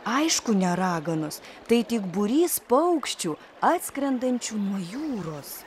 aišku ne raganos tai tik būrys paukščių atskrendančių nuo jūros